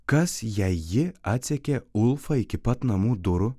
kas jei ji atsekė ulfą iki pat namų durų